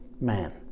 man